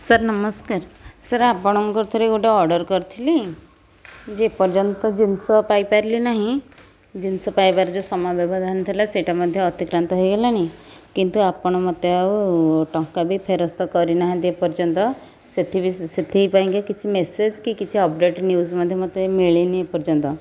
sir ନମସ୍କାର sir ଆପଣଙ୍କର ଥରେ ଗୋଟେ ଅର୍ଡ଼ର କରିଥିଲି ଯେ ଏପର୍ଯ୍ୟନ୍ତ ଜିନିଷ ପାଇପାରିଲିନାହିଁ ଜିନିଷ ପାଇବାରେ ଯେଉଁ ସମୟ ବ୍ୟବଧାନ ଥିଲା ସେଇଟା ମଧ୍ୟ ଅତିକ୍ରାନ୍ତ ହୋଇଗଲାଣି କିନ୍ତୁ ଆପଣ ମୋତେ ଆଉ ଟଙ୍କା ବି ଫେରସ୍ତ କରିନାହାଁନ୍ତି ଏପର୍ଯ୍ୟନ୍ତ ସେଥିପାଇଁକି କିଛି ମେସେଜ୍ କି ଅପଡ଼େଟ୍ ନ୍ୟୁଜ୍ ମଧ୍ୟ ମୋତେ ମିଳିନି ଏପର୍ଯ୍ୟନ୍ତ